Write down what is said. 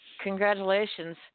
Congratulations